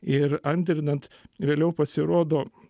ir antrinant vėliau pasirodo